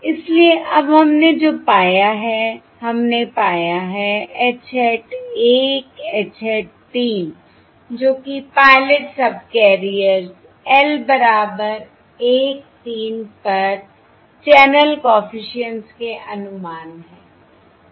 इसलिए अब हमने जो पाया है हमने पाया है H hat 1 H hat 3 जो कि पायलट सबकेरिएर्स l बराबर 1 3 पर चैनल कॉफिशिएंट्स के अनुमान हैं